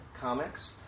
comics